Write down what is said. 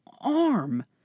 arm